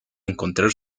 encontrar